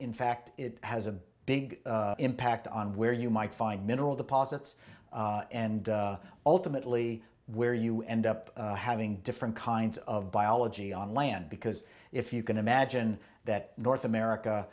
in fact it has a big impact on where you might find mineral deposits and ultimately where you end up having different kinds of biology on land because if you can imagine that north